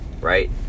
right